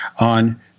on